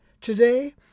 Today